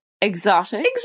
exotic